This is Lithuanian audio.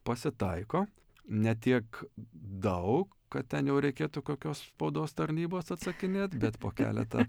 pasitaiko ne tiek daug kad ten jau reikėtų kokios spaudos tarnybos atsakinėt bet po keletą